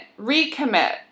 recommit